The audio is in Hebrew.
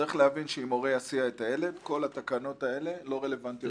צריך להבין שאם הורה יסיע את הילד כל התקנות האלה לא רלוונטיות.